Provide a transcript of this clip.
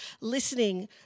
listening